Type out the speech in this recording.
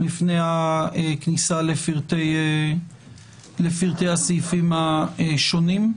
לפני הכניסה לפרטי הסעיפים השונים?